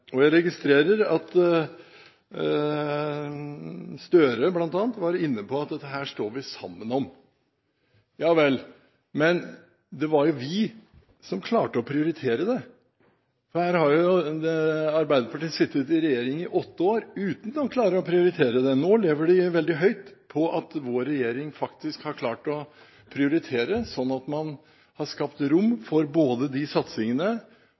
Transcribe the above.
budsjettet. Jeg registrerer at Gahr Støre bl.a. var inne på at dette står vi sammen om. Ja vel, men det var vi som klarte å prioritere det. Her har Arbeiderpartiet sittet i regjering i åtte år uten å klare å prioritere det. Nå lever de veldig høyt på at vår regjering faktisk har klart å prioritere, slik at man har skapt rom for både de satsingene